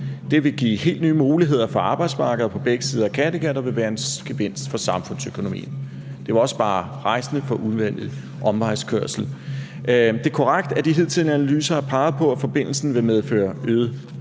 Det vil give helt nye muligheder på arbejdsmarkedet og på begge sider af Kattegat og vil være en gevinst for samfundsøkonomien. Det vil også spare rejsende for unødvendig omvejskørsel. Det er korrekt, at de hidtidige analyser har peget på, at forbindelsen vil medføre øget